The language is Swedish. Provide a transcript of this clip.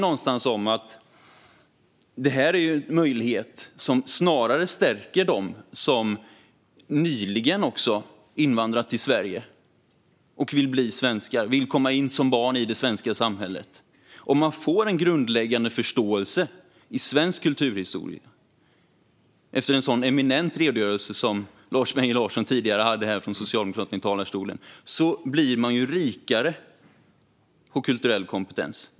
Detta är ju en möjlighet som snarare stärker dem som nyligen invandrat till Sverige och vill bli svenskar, som vill komma in i det svenska samhället som barn. Om man får en grundläggande förståelse i svensk kulturhistoria, så som Lars Mejern Larsson från Socialdemokraterna eminent redogjorde för här tidigare, blir man ju rikare på kulturell kompetens.